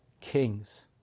kings